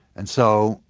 and so